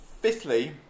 Fifthly